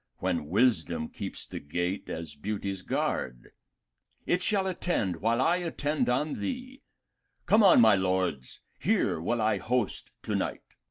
when wisdom keeps the gate as beauty's guard it shall attend, while i attend on thee come on, my lords here will i host to night.